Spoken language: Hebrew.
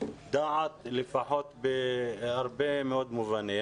דעת לפחות בהרבה מאוד מובנים.